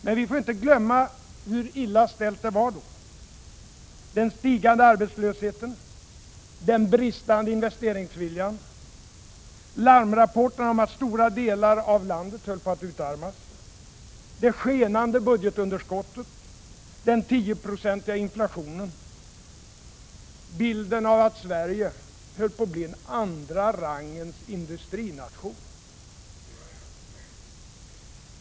Men vi får inte glömma hur illa ställt det var då: den stigande arbetslösheten, den bristande investeringsviljan, larmrapporterna om att stora delar av landet höll på att utarmas, det skenande budgetunderskottet, den tioprocentiga inflationen, bilden av att Sverige höll på att bli en andra rangens industrination.